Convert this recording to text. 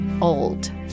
old